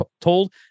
told